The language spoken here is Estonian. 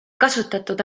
kasutatud